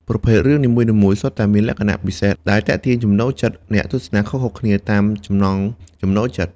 ប្រភេទរឿងនីមួយៗសុទ្ធតែមានលក្ខណៈពិសេសដែលទាក់ទាញចំណូលចិត្តអ្នកទស្សនាខុសៗគ្នាតាមចំណង់ចំណូលចិត្ត។